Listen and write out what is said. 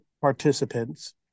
participants